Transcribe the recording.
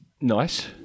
Nice